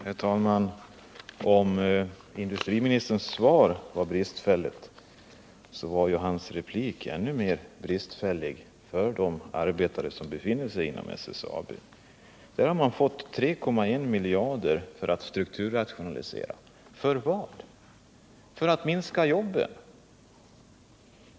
Herr talman! Om industriministerns svar var bristfälligt, så var hans replik ännu mer bristfällig för arbetarna inom SSAB. SSAB har fått 3,1 miljarder för att strukturrationalisera. För vad? För att minska antalet jobb?